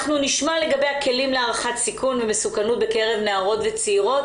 אנחנו נשמע לגבי הכלים להערכת סיכון ומסוכנות בקרב נערות וצעירות.